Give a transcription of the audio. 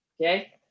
okay